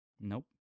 Nope